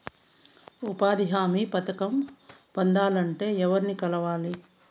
ఉపాధి హామీ పథకం పొందాలంటే ఎవర్ని కలవాలి?